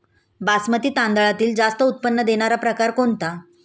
बासमती तांदळातील जास्त उत्पन्न देणारा प्रकार कोणता?